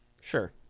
Sure